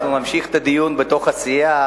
אבל נמשיך את הדיון בתוך הסיעה,